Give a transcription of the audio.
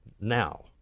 now